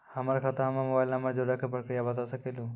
हमर खाता हम्मे मोबाइल नंबर जोड़े के प्रक्रिया बता सकें लू?